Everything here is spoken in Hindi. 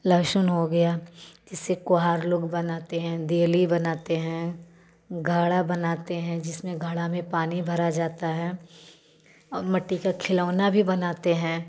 लहसुन हो गया जिसे कोहार लोग बनाते हैं देली बनाते हैं घड़ा बनाते हैं जिसमें घड़ा में पानी भरा जाता है और मिट्टी का खिलौना भी बनाते हैं